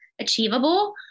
achievable